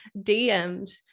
DMs